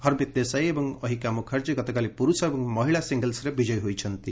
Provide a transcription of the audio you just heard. ହର୍ମିତ୍ ଦେଶାଇ ଏବଂ ଅହିକା ମ୍ରଖାର୍ଜୀ ଗତକାଲି ପ୍ରତ୍ରଷ ଏବଂ ମହିଳା ସିଙ୍ଗଲ୍ୱରେ ବିଜୟୀ ହୋଇଛନ୍ତି